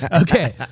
Okay